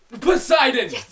Poseidon